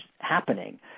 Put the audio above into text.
happening